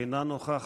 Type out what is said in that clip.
אינה נוכחת,